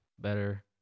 better